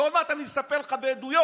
שעוד מעט אני אספר לך בעדויות.